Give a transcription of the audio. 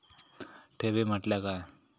ठेवी म्हटल्या काय?